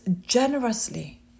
generously